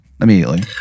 immediately